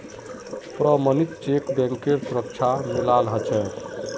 प्रमणित चेकक बैंकेर सुरक्षा मिलाल ह छे